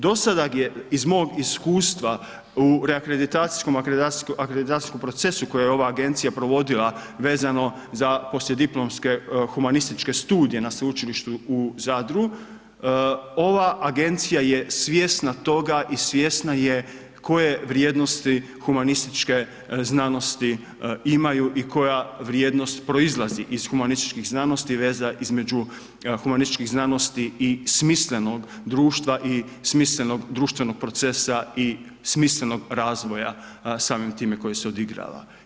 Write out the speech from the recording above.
Dosada je iz mog iskustva u akreditacijskom procesu koji je ova agencija provodila vezano za poslijediplomske humanističke studije na Sveučilištu u Zadru, ova agencija je svjesna toga i svjesna je koje vrijednosti humanističke znanosti imaju i koja vrijednost proizlazi iz humanističkih znanosti, veza između humanističkih znanosti i smislenog društva i smislenog društvenog procesa i smislenog razvoja, samim time koji se odigrava.